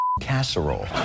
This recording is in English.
casserole